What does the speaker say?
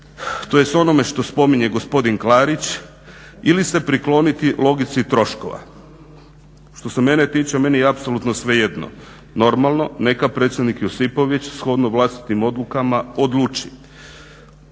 tj. onome što spominje gospodin Klarić ili se prikloniti logici troškova. Što se mene tiče, meni je apsolutno svejedno. Normalno, neka predsjednik Josipović shodno vlastitim odlukama odluči.